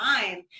time